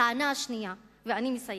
הטענה השנייה, ואני מסיימת: